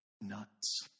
nuts